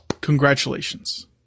Congratulations